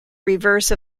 reverse